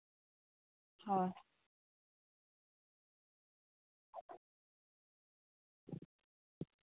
ᱦᱳᱭ